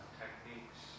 techniques